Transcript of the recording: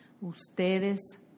Ustedes